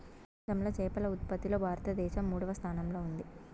ప్రపంచంలో చేపల ఉత్పత్తిలో భారతదేశం మూడవ స్థానంలో ఉంది